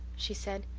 she said.